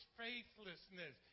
faithlessness